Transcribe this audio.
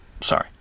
Sorry